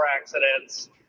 accidents